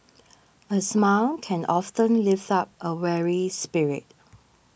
a smile can often lift up a weary spirit